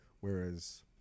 whereas